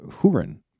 Huron